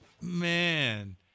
Man